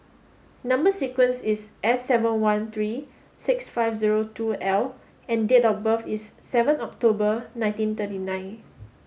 number sequence is S seven one three six five zero two L and date of birth is seven October nineteen thirty nine